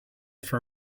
for